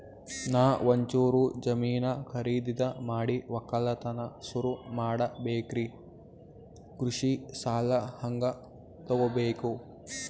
ನಾ ಒಂಚೂರು ಜಮೀನ ಖರೀದಿದ ಮಾಡಿ ಒಕ್ಕಲತನ ಸುರು ಮಾಡ ಬೇಕ್ರಿ, ಕೃಷಿ ಸಾಲ ಹಂಗ ತೊಗೊಬೇಕು?